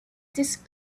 this